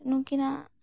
ᱱᱩᱠᱤᱱᱟᱜ